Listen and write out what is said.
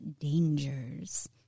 dangers